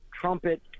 trumpet